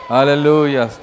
Hallelujah